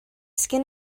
skin